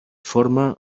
forma